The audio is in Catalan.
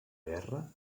guerra